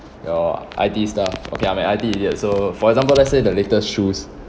your I_T stuff okay I'm an I_T idiot so for example let's say the latest shoes